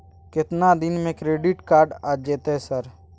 केतना दिन में क्रेडिट कार्ड आ जेतै सर?